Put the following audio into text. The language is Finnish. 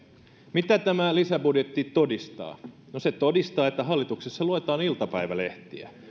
mitä tämä lisäbudjetti todistaa no se todistaa että hallituksessa luetaan iltapäivälehtiä